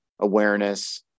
awareness